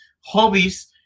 hobbies